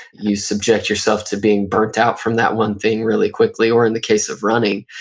you subject yourself to being burned out from that one thing really quickly, or in the case of running,